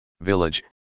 Village